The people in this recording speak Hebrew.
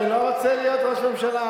אני לא רוצה להיות ראש הממשלה,